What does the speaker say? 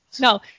no